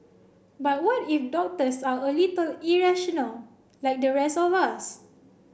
but what if doctors are a little irrational like the rest of us